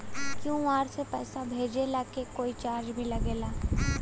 QR से पैसा भेजला के कोई चार्ज भी लागेला?